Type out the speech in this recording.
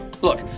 Look